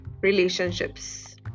relationships